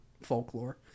folklore